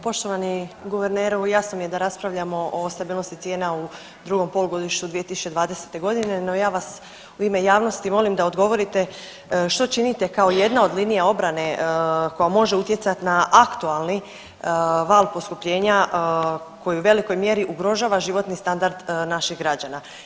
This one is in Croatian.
Poštovani guverneru jasno mi je da raspravljamo o stabilnosti cijena u drugom polugodište 2020. godine, no ja vas u ime javnosti molim da odgovorite što činite kao jedna od linija obrane koja može utjecati na aktualni val poskupljenja koji u velikoj mjeri ugrožava životni standard naših građana.